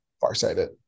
farsighted